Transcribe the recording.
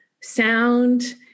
sound